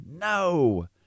No